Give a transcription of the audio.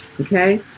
okay